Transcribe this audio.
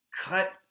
cut